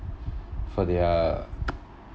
for their